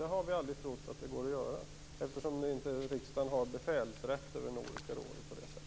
Det har vi aldrig trott att man kan göra, eftersom riksdagen inte har befälsrätt över Nordiska rådet på det sättet.